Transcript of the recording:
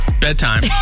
bedtime